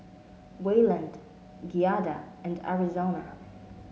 Wayland Giada and Arizona